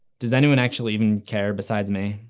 does anyone actually even care besides me?